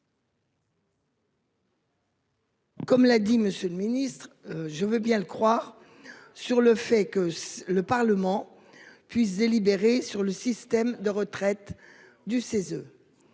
Comme l'a dit Monsieur le Ministre, je veux bien le croire sur le fait que le Parlement puisse délibérer sur le système de retraite du CESE.